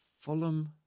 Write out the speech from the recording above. Fulham